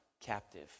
captive